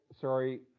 Sorry